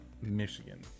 michigan